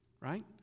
Right